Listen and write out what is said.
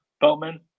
Bowman